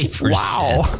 Wow